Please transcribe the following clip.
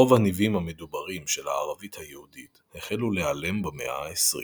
רוב הניבים המדוברים של הערבית היהודית החלו להיעלם במאה העשרים.